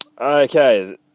Okay